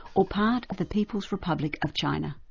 or part of a people's republic of china?